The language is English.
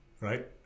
right